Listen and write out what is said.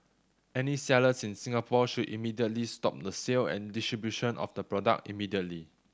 any sellers in Singapore should immediately stop the sale and distribution of the product immediately